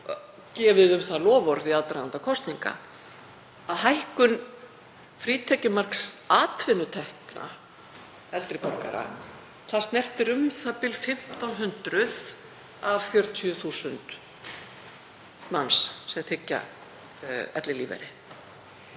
gefið um það loforð í aðdraganda kosninga, að hækkun frítekjumarks atvinnutekna eldri borgara snertir u.þ.b. 1.500 af 40.000 manns sem þiggja ellilífeyri.